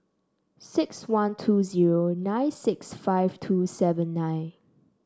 six one two zero nine six five two seven nine